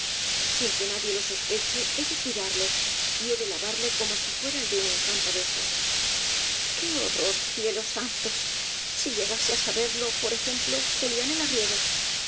sin que nadie lo sos peche he de cuidarle y he de lavarle como si fuera el de una infanta de españa qué horror cielos santos si llegase á saberlo por ejemplo julián el arriero